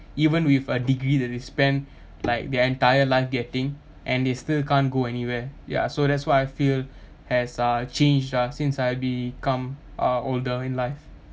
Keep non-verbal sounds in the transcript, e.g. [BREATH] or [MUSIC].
even with a degree that they spend like their entire life getting and they still can't go anywhere ya so that's why I feel [BREATH] has a change ah since I become uh older in life